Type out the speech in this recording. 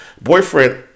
boyfriend